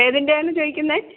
ഏതിൻ്റെയാണ് ചോദിക്കുന്നത്